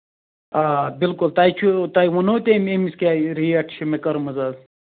آ آ بِلکُل تۄہہِ چھُو تۄہہِ ووٚنُو تٔمۍ ییٚمِس کیٛاہ یہِ ریٹ چھِ مےٚ کٔرمٕژ حظ